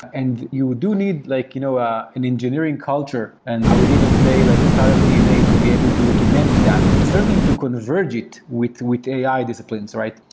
and you do need like you know um an engineering culture. and i would even say like startup dna to be able to to manage that. certainly to converge it with with ai disciplines, right?